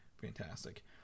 fantastic